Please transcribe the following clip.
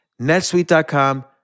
netsuite.com